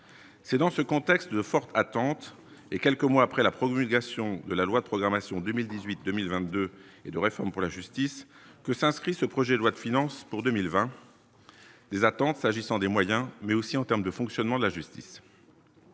c'est dans ce contexte de fortes attentes et quelques mois après la promulgation de la loi de programmation 2018, 2 1000 22 et de réforme pour la justice que s'inscrit ce projet de loi de finances pour 2020, des attentes, s'agissant des moyens mais aussi en termes de fonctionnement de la justice,